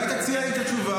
אולי תציע לי את התשובה?